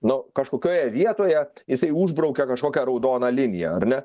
nu kažkokioje vietoje jisai užbraukia kažkokią raudoną liniją ar ne